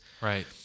Right